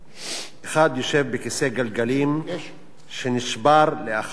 אחד יושב בכיסא גלגלים שנשבר לאחר התקפה,